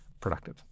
productive